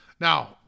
Now